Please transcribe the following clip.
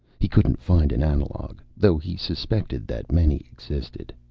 he couldn't find an analogue, though he suspected that many existed.